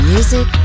Music